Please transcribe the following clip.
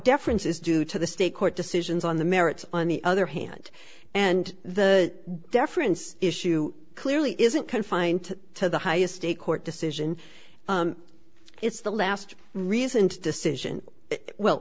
deference is due to the state court decisions on the merits on the other hand and the deference issue clearly isn't confined to the highest a court decision it's the last reasoned decision well